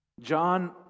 John